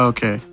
Okay